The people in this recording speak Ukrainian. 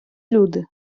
люди